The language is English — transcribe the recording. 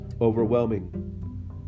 overwhelming